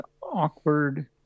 awkward